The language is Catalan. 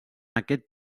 aquest